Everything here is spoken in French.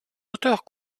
auteurs